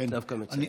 שאתה מציין.